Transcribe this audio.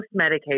Medicaid